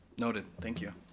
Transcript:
noted. thank you.